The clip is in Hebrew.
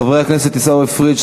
חברי הכנסת עיסאווי פריג',